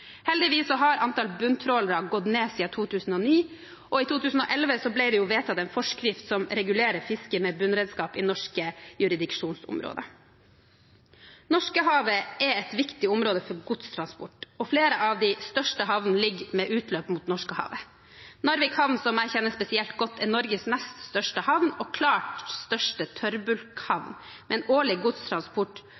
Heldigvis har antallet bunntrålere gått ned siden 2009, og i 2011 ble det vedtatt en forskrift som regulerer fiske med bunnredskaper i norske jurisdiksjonsområder. Norskehavet er et viktig område for godstransport. Flere av de største havnene ligger med utløp mot Norskehavet. Narvik havn, som jeg kjenner spesielt godt, er Norges nest største havn og klart største